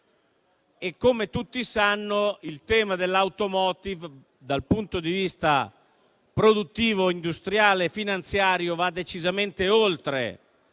Novecento. Il tema dell'*automotive*, dal punto di vista produttivo, industriale e finanziario, va decisamente oltre